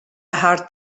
thar